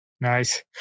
Nice